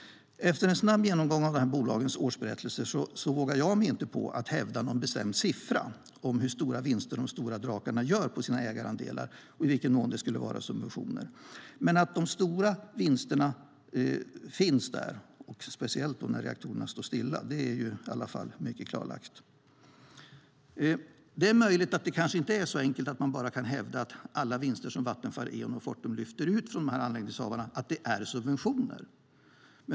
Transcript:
Efter en snabb genomgång av bolagens årsberättelser vågar jag mig inte på att hävda någon bestämd siffra för hur stora vinster de stora drakarna gör på sina ägarandelar och i vilken mån det skulle vara subventioner. Men att de stora vinsterna finns där, speciellt när reaktorerna står stilla, är klarlagt. Det är möjligt att det inte är så enkelt att man bara kan hävda att alla vinster som Vattenfall, Eon och Fortum lyfter ut från anläggningshavarna är subventioner.